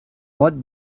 what